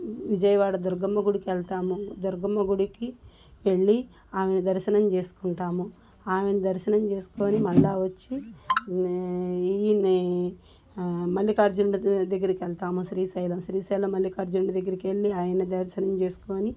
విజయవాడ దుర్గమ్మ గుడికెళ్తాము దుర్గమ్మ గుడికి వెళ్ళి ఆమెను దర్శనం చేసుకుంటాము ఆమెను దర్శనం చేసుకోని మళ్ళీ వచ్చి ఈయన మళ్ళికార్జున దగ్గెరి కెళ్తాము శ్రీశైలం శ్రీశైలం మళ్ళికార్జునుడి దగ్గరకెళ్ళి ఆయన దర్శనం చేసుకోని